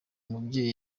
mubyeyi